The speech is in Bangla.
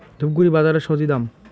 ধূপগুড়ি বাজারের স্বজি দাম?